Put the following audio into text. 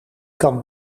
kan